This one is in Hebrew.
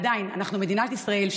עדיין, אנחנו מדינת ישראל.